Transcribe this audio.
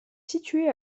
située